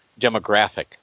demographic